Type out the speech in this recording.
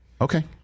Okay